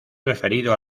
referido